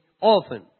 often